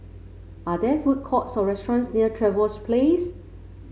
are there food courts or restaurants near Trevose Place